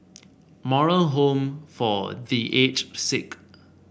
Moral Home for The Aged Sick